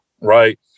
right